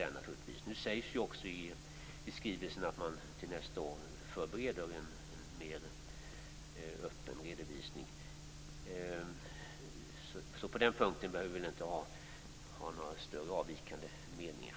Det sägs också i skrivelsen att man till nästa år förbereder en mer öppen redovisning. På den punkten behöver vi alltså inte ha delade meningar.